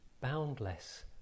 boundless